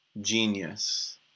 genius